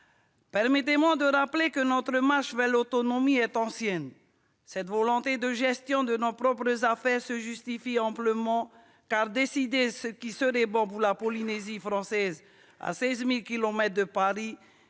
Permettez-moi de rappeler que notre marche vers l'autonomie est ancienne. Cette volonté de gestion de nos propres affaires se justifie amplement, car décider ce qui serait bon pour la Polynésie française à 16 000 kilomètres,